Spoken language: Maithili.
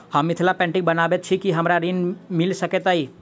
हम मिथिला पेंटिग बनाबैत छी की हमरा ऋण मिल सकैत अई?